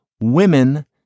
women